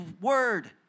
Word